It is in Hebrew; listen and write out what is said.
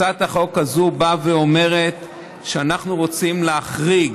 הצעת החוק הזאת באה ואומרת שאנחנו רוצים להחריג